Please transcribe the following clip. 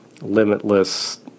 limitless